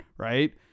Right